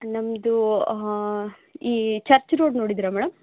ನಮ್ಮದು ಈ church road ನೋಡಿದ್ದೀರ ಮೇಡಂ